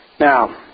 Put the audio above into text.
Now